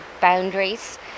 boundaries